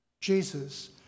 Jesus